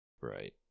Right